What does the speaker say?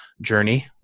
journey